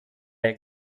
jak